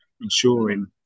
ensuring